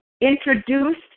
introduced